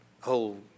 whole